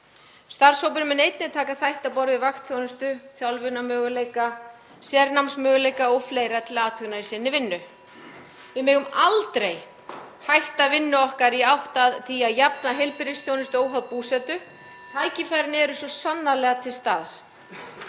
Starfshópurinn mun einnig taka þætti á borð við vaktþjónustu, þjálfunarmöguleika, sérnámsmöguleika og fleira til athugunar í sinni vinnu. Við megum aldrei hætta vinnu okkar í átt að því að jafna heilbrigðisþjónustu óháð búsetu. Tækifærin eru svo sannarlega til staðar.